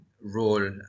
role